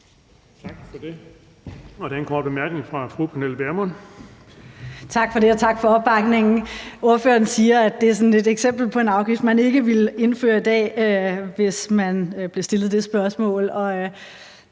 fra fru Pernille Vermund. Kl. 13:43 Pernille Vermund (NB): Tak for det, og tak for opbakningen. Ordføreren siger, at det er et eksempel på en afgift, man ikke ville indføre i dag, hvis man blev stillet det spørgsmål.